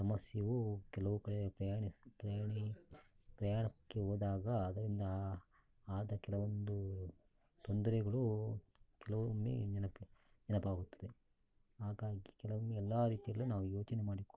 ಸಮಸ್ಯೆಯು ಕೆಲವು ಕಡೆ ಪ್ರಯಾಣಿಸಿ ಪ್ರಯಾಣ ಪ್ರಯಾಣಕ್ಕೆ ಹೋದಾಗ ಅದರಿಂದ ಆದ ಕೆಲವೊಂದು ತೊಂದರೆಗಳು ಕೆಲವೊಮ್ಮೆ ನೆನಪು ನೆನಪಾಗುತ್ತದೆ ಹಾಗಾಗಿ ಕೆಲವೊಮ್ಮೆ ಎಲ್ಲ ರೀತಿಯಲ್ಲೂ ನಾವು ಯೋಚನೆ ಮಾಡಿಕೊಂಡು